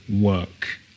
work